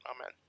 Amen